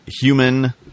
human